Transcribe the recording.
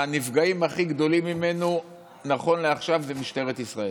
הנפגעים הכי גדולים ממנו נכון לעכשיו זה משטרת ישראל.